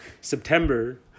September